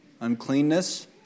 uncleanness